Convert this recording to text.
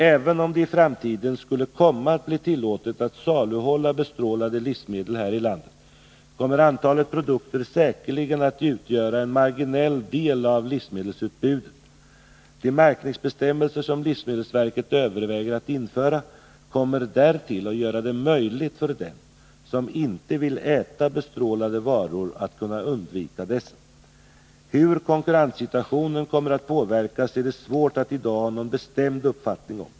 Även om det i framtiden skulle komma att bli tillåtet att saluhålla bestrålade livsmedel här i landet, kommer antalet produkter säkerligen att utgöra en marginell del av livsmedelsutbudet. De märkningsbestämmelser som livsmedelsverket överväger att införa kommer därtill att göra det möjligt för den som inte vill äta bestrålade varor att undvika dessa. Hur konkurrenssituationen kommer att påverkas är det svårt att i dag ha någon bestämd uppfattning om.